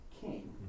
king